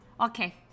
okay